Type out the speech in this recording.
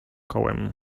kołem